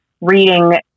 reading